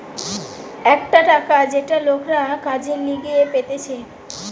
একটা টাকা যেটা লোকরা কাজের লিগে পেতেছে